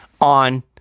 on